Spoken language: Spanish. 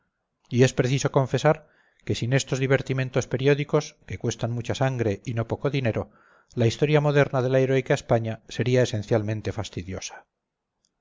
y es preciso confesar que sin estos divertimientos periódicos que cuestan mucha sangre y no poco dinero la historia moderna de la heroica españa sería esencialmente fastidiosa